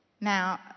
Now